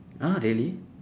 uh really